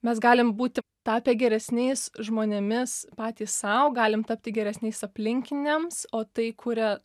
mes galim būti tapę geresniais žmonėmis patys sau galim tapti geresniais aplinkiniams o tai kuria